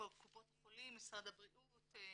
קופות החולים, משרד הבריאות,